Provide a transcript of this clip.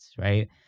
right